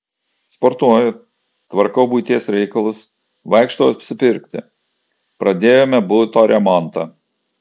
sportuoju tvarkau buities reikalus vaikštau apsipirkti pradėjome buto remontą